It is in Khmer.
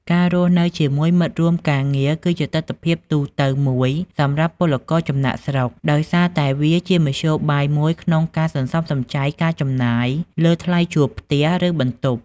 ការរស់នៅជាមួយមិត្តរួមការងារគឺជាទិដ្ឋភាពទូទៅមួយសម្រាប់ពលករចំណាកស្រុក ដោយសារតែវាជាមធ្យោបាយមួយក្នុងការ សន្សំសំចៃការចំណាយ លើថ្លៃជួលផ្ទះ ឬបន្ទប់ ។